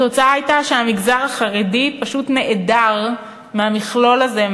התוצאה הייתה שהמגזר החרדי פשוט נעדר מהמכלול הזה,